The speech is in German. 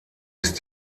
ist